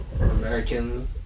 American